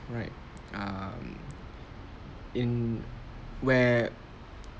right um in where